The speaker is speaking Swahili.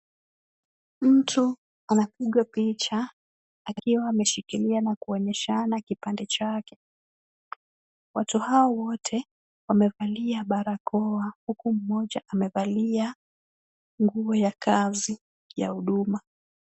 Mtu anapigwa picha akiwa ameshikilia na kuonyeshana kipande chake. Watu hao wote wamevalia barakoa huku mmoja amevalia nguo ya kazi ya huduma.